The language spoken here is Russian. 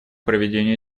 проведению